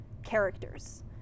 characters